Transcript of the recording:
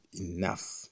enough